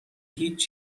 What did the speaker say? هیچ